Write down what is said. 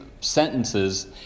sentences